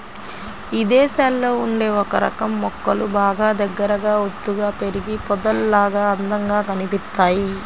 ఇదేశాల్లో ఉండే ఒకరకం మొక్కలు బాగా దగ్గరగా ఒత్తుగా పెరిగి పొదల్లాగా అందంగా కనిపిత్తయ్